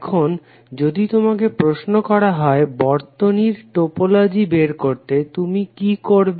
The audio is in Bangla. এখন যদি তোমাকে প্রশ্ন করা হয় বর্তনীর টোপোলজি বের করতে তুমি কি করবে